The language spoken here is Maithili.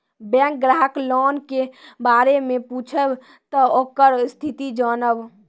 बैंक ग्राहक लोन के बारे मैं पुछेब ते ओकर स्थिति जॉनब?